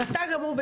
רט"ג אמרו,